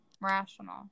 rational